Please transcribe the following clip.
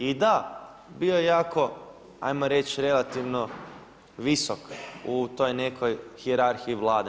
I da, bio je jako, ajmo reći relativno visok u toj nekoj hijerarhiji Vlade.